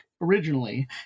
originally